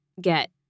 get